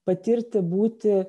patirti būti